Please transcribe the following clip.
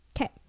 Okay